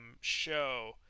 show